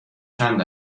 چند